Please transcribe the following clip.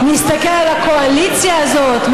מסתכל על הקואליציה הזאת,